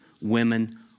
women